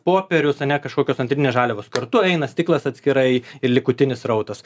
popierius a ne kažkokios antrinės žaliavos kartu eina stiklas atskirai ir likutinis srautas